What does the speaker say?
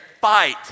fight